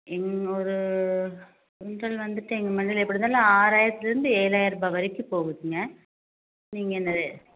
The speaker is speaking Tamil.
என்ன ஒரு மஞ்சள் வந்துட்டு எங்கள் மண்டியில் எப்படி இருந்தாலும் ஆறாயிரத்திலேருந்து ஏழாயிரம் ரூபாய் வரைக்கும் போகுதுங்க நீங்கள் என்ன ரே